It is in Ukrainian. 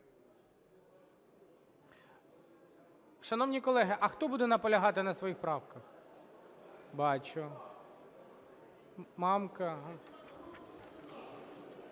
Шановні колеги, а хто буде наполягати на своїх правках? Бачу. Мамка.